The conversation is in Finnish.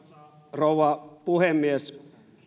rouva puhemies